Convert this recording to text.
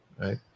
Right